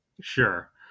Sure